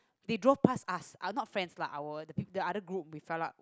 they draw pass us our not friends lah our the other group we fail up